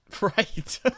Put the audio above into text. Right